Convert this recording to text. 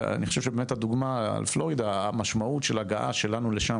אני חושב שבאמת הדוגמה לגבי פלורידה המשמעות של הגעה שלנו לשם,